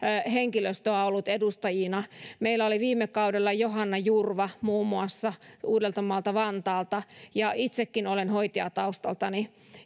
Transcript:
henkilöstöä ollut edustajina meillä oli viime kaudella muun muassa johanna jurva uudeltamaalta vantaalta ja itsekin olen hoitaja taustaltani